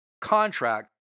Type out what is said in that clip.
contract